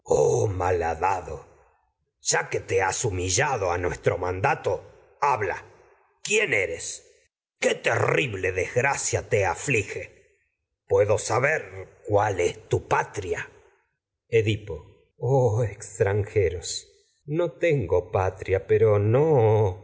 oh malhadado ya que habla te has humillado a nuestro mandato quién eres qué terrible desgracia te aflige puedo saber edipo cuál es tu patria patria pero no